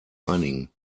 einigen